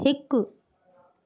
हिकु